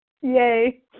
Yay